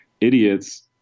idiots